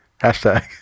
Hashtag